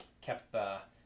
kept